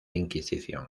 inquisición